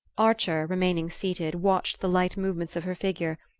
archer, remaining seated, watched the light movements of her figure,